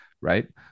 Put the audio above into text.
right